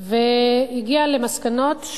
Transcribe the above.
והגיעה למסקנות,